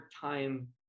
time